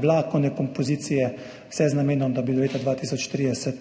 vlakovne kompozicije, vse z namenom, da bi do leta 2030